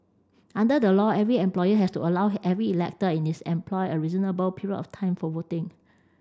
under the law every employer has to allow every elector in this employ a reasonable period of time for voting